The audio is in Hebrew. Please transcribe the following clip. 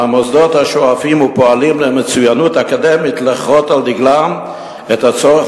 על המוסדות השואפים ופועלים למצוינות אקדמית לחרות על דגלם את הצורך